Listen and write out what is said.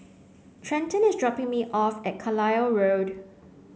Trenten is dropping me off at Carlisle Road